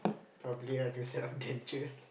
probably a new set of dentures